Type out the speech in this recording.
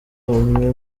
umwe